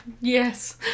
Yes